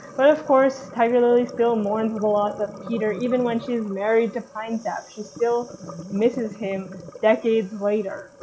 but of course tiger lily still mourns with the loss of peter. even when she's married to pine sap she still misses him decades later,